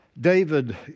David